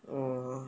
uh